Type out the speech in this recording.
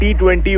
T20